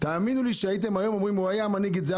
תאמינו לי שהייתם היום אומרים שהוא היה מנהיג את זה,